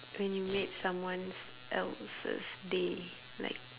when you made someone's else's day like